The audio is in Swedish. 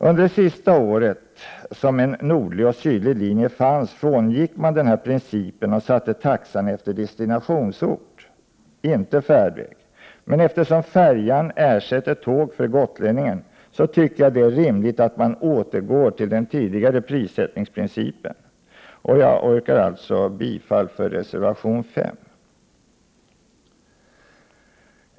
Under det sista året som en nordlig och en sydlig linje fanns frångick man dock denna princip och satte taxan efter destinationsort — inte färdväg. Men eftersom färjan ersätter tåg för gotlänningen, tycker jag att det är rimligt att återgå till den tidigare tillämpade prissättningsprincipen. Jag yrkar alltså bifall till reservation 5.